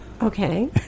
Okay